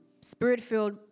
spirit-filled